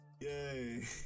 Yay